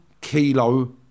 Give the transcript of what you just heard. kilo